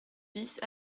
bis